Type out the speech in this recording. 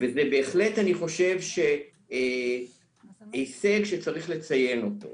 חושב שזה בהחלט הישג שצריך לציין אותו.